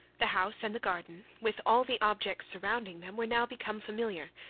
the house and the garden, with all the objects surrounding them, were now become familiar,